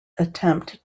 attempt